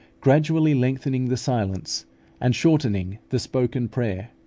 gradually lengthening the silence and shortening the spoken prayer,